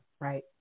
right